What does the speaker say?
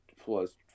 plus